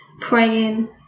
Praying